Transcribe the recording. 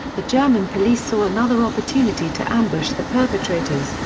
the german police saw another opportunity to ambush the perpetrators,